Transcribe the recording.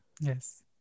Yes